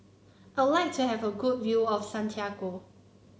I would like to have a good view of Santiago